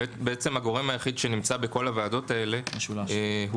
הגורם היחיד שנמצא בכל הוועדות האלה הוא